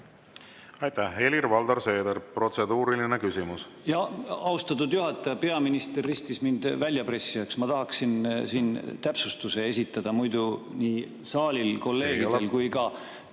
Aitäh! Helir-Valdor Seeder, protseduuriline küsimus. Austatud juhataja! Peaminister ristis mind väljapressijaks. Ma tahaksin siin täpsustuse esitada, sest muidu nii saalile, kolleegidele kui ka